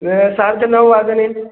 सार्धनववादने